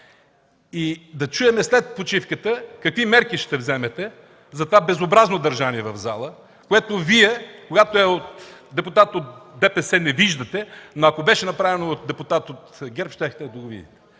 видяхте. След почивката да чуем какви мерки ще вземете за това безобразно държание в пленарната зала, което Вие, когато е депутат от ДПС не виждате, но ако беше направено от депутат от ГЕРБ, щяхте да видите.